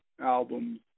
albums